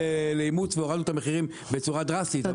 לאימוץ והורדנו את המחירים בצורה דרסטית.